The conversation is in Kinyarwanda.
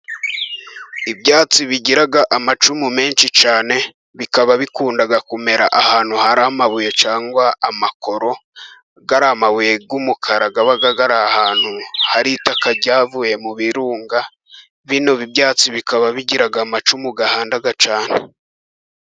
Ibyatsi bigira amacumu menshi cyane, bikaba bikunda kumera ahantu hari amabuye cyangwa amakoro, ariya mabuye y'umukara aba ari ahantu hari itaka ryavuye mu birunga, bino byatsi bikaba bigira amacumu ahanda cyane.